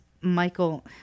Michael